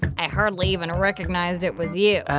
i hardly even recognized it was you